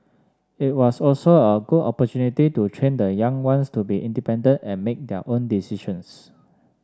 it was also a good opportunity to train the young ones to be independent and make their own decisions